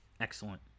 Excellent